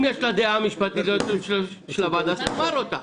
אם יש דעה ליועצת המשפטית של הוועדה שתאמר אותה.